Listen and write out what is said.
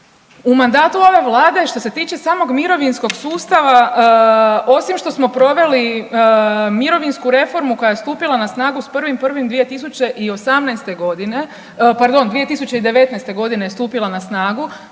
U mandatu ove vlade što se tiče samog mirovinskog sustava osim što smo proveli mirovinsku reformu koja je stupila na snagu 1.1.2018., pardon 2019. godine je stupila na snagu,